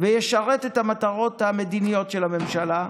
ושישרת את המטרות המדיניות של הממשלה,